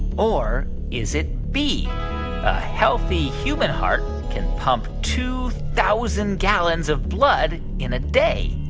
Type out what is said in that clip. or is it b, a healthy human heart can pump two thousand gallons of blood in a day?